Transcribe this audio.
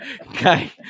Okay